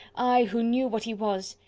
i, who knew what he was.